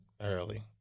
early